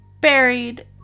buried